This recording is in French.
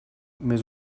mais